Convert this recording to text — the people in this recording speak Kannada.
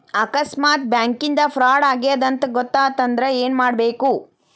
ಆಕಸ್ಮಾತ್ ಬ್ಯಾಂಕಿಂದಾ ಫ್ರಾಡ್ ಆಗೇದ್ ಅಂತ್ ಗೊತಾತಂದ್ರ ಏನ್ಮಾಡ್ಬೇಕು?